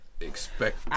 Expect